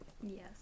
yes